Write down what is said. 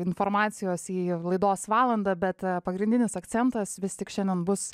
informacijos į laidos valandą bet pagrindinis akcentas vis tik šiandien bus